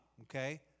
okay